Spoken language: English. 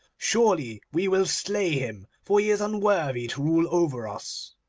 surely we will slay him, for he is unworthy to rule over us